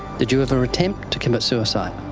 did you ever attempt to commit suicide?